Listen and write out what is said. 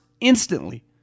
instantly